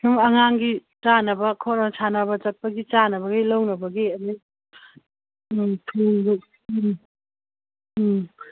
ꯁꯨꯝ ꯑꯉꯥꯡꯒꯤ ꯆꯥꯅꯕ ꯁꯥꯟꯅꯕ ꯆꯠꯄꯒꯤ ꯆꯥꯅꯕꯒꯤ ꯂꯧꯅꯕꯒꯤ ꯑꯃꯨꯛ ꯎꯝ ꯎꯝ ꯎꯝ